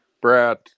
Brad